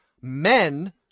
men